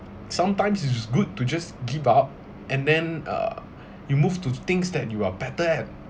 sometimes it's good to just give up and then uh you move to things that you are better at